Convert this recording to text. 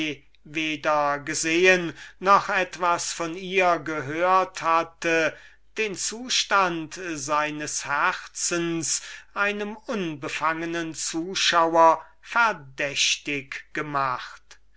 weder gesehen noch etwas von ihr gehört hatte hätte den zustand seines herzens einem unbefangnen zuschauer verdächtig gemacht